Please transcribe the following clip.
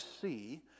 see